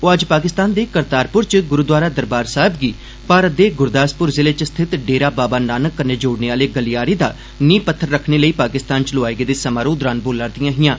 ओह अज्ज पाकिस्तान दे करतारपुर च गुरुद्वारा दरबार साहिब गी भारत दे गुरदासपुर जिले च स्थित डोरा बाबा नानक कन्नै जोड़ने आले गलियारे दा नींह पत्थर रक्खने लेई पाकिस्तान च लोआए गेदे समारोह दौरान बोला रदिआं हिआं